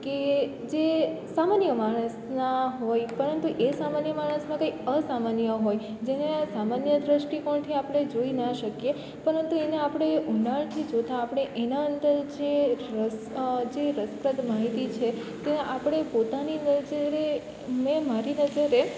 કે જે સામાન્ય માણસનાં હોય પરંતુ એ સામાન્ય માણસમાં કંઈ અસામાન્ય હોય જેને સામાન્ય દૃષ્ટિકોણથી આપણે જોઈ ન શકીએ પરંતુ એને આપણે ઊંડાણથી જોતાં આપણે એના અંદર જે રસપ્રદ માહિતી છે તો આપણે પોતાની અંદર જ્યારે મેં મારી નજરે